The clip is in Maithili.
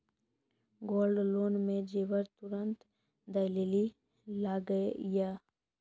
गोल्ड लोन मे जेबर तुरंत दै लेली लागेया?